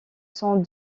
sont